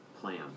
plan